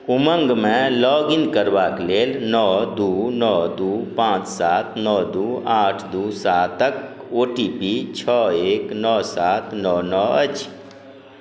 उमङ्गमे लॉगिन करबाक लेल नओ दुइ नओ दुइ पाँच सात नओ दुइ आठ दुइ सातके ओ टी पी छओ एक नओ सात नओ नओ अछि